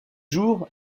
jour